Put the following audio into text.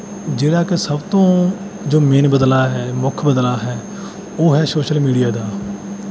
ਜਿਹੜਾ ਕਿ ਸਭ ਤੋਂ ਜੋ ਮੇਨ ਬਦਲਾਅ ਹੈ ਮੁੱਖ ਬਦਲਾਅ ਹੈ ਉਹ ਹੈ ਸੋਸ਼ਲ ਮੀਡੀਆ ਦਾ